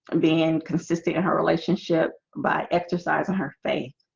and being and consistent in her relationship by exercising her faith.